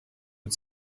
mit